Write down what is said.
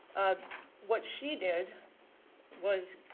what she did was